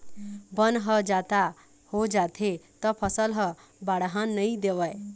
बन ह जादा हो जाथे त फसल ल बाड़हन नइ देवय